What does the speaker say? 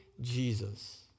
Jesus